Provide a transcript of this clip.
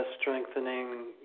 strengthening